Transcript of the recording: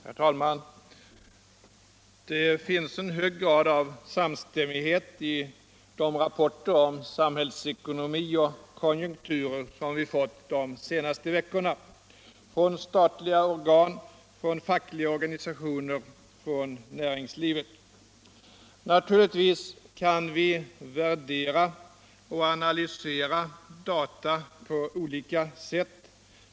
Herr talman! Det finns en hög grad av samstämmighet i de rapporter om samhällsekonomi och konjunkturer som vi fått de senaste veckorna från statliga organ, fackliga organisationer och näringslivet. Naturligtvis kan vi värdera och analysera data på olika sätt.